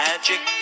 Magic